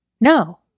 No